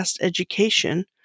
education